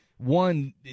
One